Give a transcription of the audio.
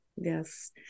Yes